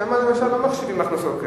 שם למשל לא מחשיבים הכנסות כאלה.